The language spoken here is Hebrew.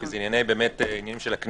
כי זה עניינים של הכנסת,